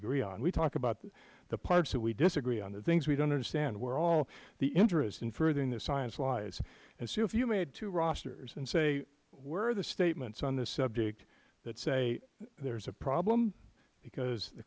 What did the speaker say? agree on we talk about the parts that we disagree on the things that we don't understand where all the interest in furthering the science lies so if you made two rosters and say where are the statements on this subject that say there is a problem because the